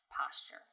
posture